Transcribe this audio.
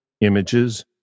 Images